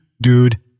dude